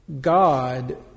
God